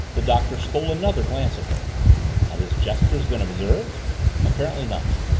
the doctor stole, another glance at her had his gestures been observed apparently not.